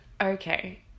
okay